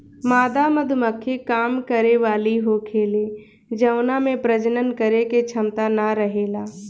मादा मधुमक्खी काम करे वाली होखेले जवना में प्रजनन करे के क्षमता ना रहेला